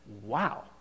wow